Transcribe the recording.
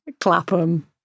Clapham